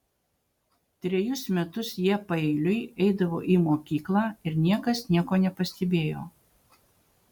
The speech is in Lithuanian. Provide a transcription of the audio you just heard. trejus metus jie paeiliui eidavo į mokyklą ir niekas nieko nepastebėjo